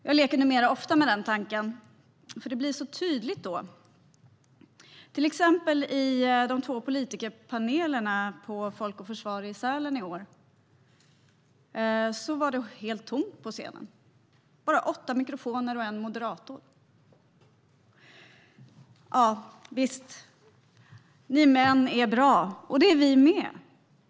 Jag leker numera ofta med den tanken, för det blir så tydligt då. I de två politikerpanelerna på Folk och Försvars rikskonferens i Sälen i år, till exempel, var det helt tomt på scenen - bara åtta mikrofoner och en moderator. Javisst, ni män är bra. Det är vi med.